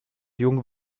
jung